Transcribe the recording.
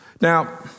Now